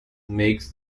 makes